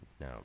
no